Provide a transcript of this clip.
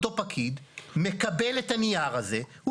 אותו פקיד מקבל את הנייר הזה והוא